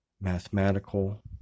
mathematical